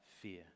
fear